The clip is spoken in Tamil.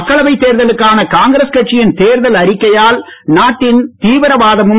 மக்களவைத் தேர்தலுக்கான காங்கிரஸ் கட்சியின் தேர்தல் அறிக்கையால் நாட்டில் தீவிரவாதமும்